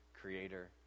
creator